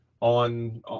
on